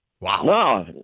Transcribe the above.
Wow